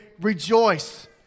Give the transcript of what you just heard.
rejoice